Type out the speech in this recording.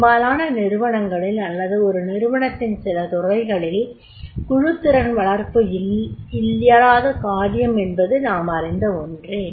பெறும்பாலான நிறுவனங்களில் அல்லது ஒரு நிறுவனத்தின் ஒருசில துறைகளில் குழுத்திறன் வளர்ப்பு இயலாத காரியம் என்பது நாம் அறிந்த ஒன்றே